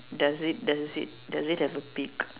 does it does it does it have a beak